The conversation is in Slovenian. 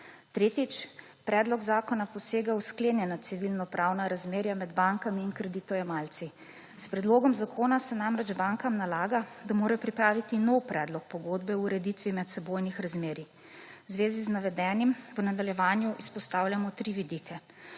Tretjič. Predlog zakona posega v sklenjeno civilnopravna razmerja med bankami in kreditojemalci. S predlogom zakona se namreč bankam nalaga, da morajo pripraviti nov predlog pogodbe o ureditve medsebojnih razmerij. V zvezi z navedenim v nadaljevanju izpostavljamo tri vidike: